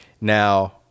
Now